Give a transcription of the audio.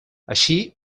així